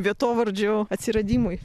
vietovardžių atsiradimui